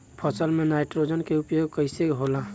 फसल में नाइट्रोजन के उपयोग कइसे होला?